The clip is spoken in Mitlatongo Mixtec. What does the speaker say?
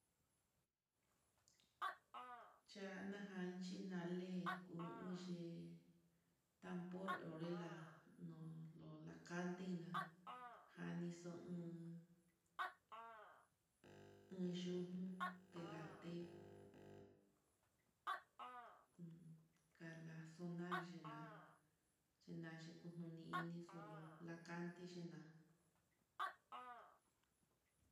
Chana janc alé kuu uun ye'e tambor, la nono lakantina jani xoun, enyuun telate un kalaxonar xhina'a xhianayi kunoni inixo xolo lakante xhina'a.